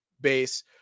base